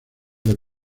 del